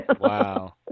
Wow